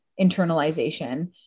internalization